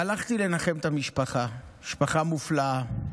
הלכתי לנחם את המשפחה, משפחה מופלאה.